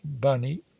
bunny